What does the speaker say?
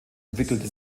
entwickelte